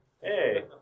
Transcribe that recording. hey